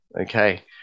okay